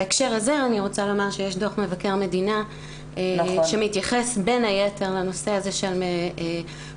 בנושא הזה יש את דוח מבקר המדינה שמתייחס בין היתר לנושא הזה של פעילויות